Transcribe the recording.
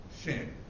Sin